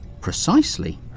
Precisely